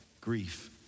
grief